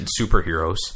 superheroes